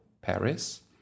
Paris